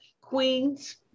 Queens